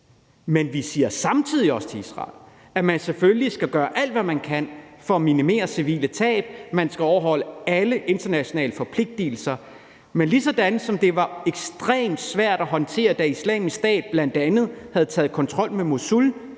men vi siger samtidig også til Israel, at man selvfølgelig skal gøre alt, hvad man kan, for at minimere civile tab, og at man skal overholde alle internationale forpligtelser. Men ligesom det var ekstremt svært at håndtere det, da Islamisk Stat bl.a. havde taget kontrol med Mosul